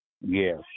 Yes